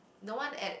the one at